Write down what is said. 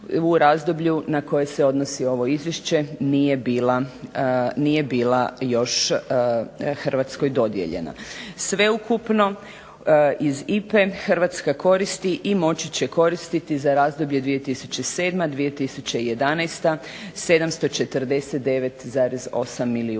u razdoblju na koje se odnosi ovo izvješće nije bila još Hrvatskoj dodijeljena. Sveukupno iz IPA-e Hrvatska koristi i moći će koristiti za razdoblje 2007.-2011. 749,8 milijuna